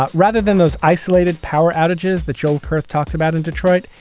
rather than those isolated power outages that joe kerth talked about in detroit,